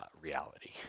reality